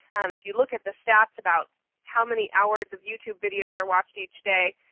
if you look at the stats about how many hours of youtube videos are watched each day,